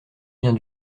bien